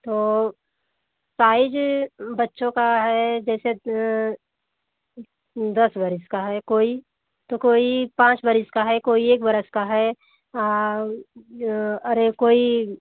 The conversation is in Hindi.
तो साइज़ बच्चों का है जैसे दस बरस का है कोई तो कोई पाँच बरस का है कोई एक बरस का है और अरे कोई